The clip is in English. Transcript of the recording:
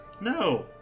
No